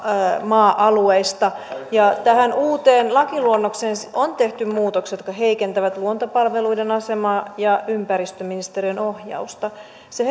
maa alueista ja tähän uuteen lakiluonnokseen on tehty muutoksia jotka heikentävät luontopalveluiden asemaa ja ympäristöministeriön ohjausta se